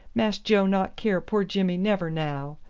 mass joe not care poor jimmy never now.